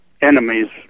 enemies